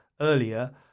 earlier